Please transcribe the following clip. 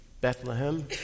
Bethlehem